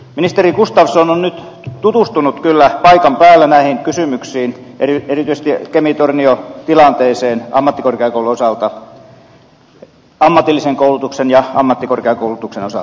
ministeri gustafsson on nyt tutustunut kyllä paikan päällä näihin kysymyksiin erityisesti kemitor nion tilanteeseen ammatillisen koulutuksen ja ammattikorkeakoulutuksen osalta